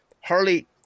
Harley